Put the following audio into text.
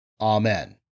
Amen